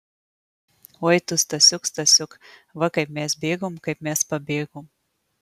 oi tu stasiuk stasiuk va kaip mes bėgom kaip mes pabėgom